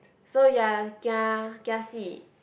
so you are a kia~ kiasi